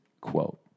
quote